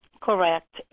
Correct